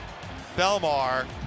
Belmar